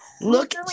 Look